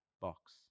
box